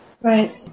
Right